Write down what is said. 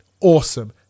awesome